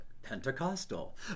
Pentecostal